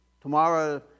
Tomorrow